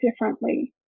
differently